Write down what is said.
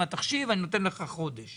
לך חודש